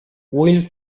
will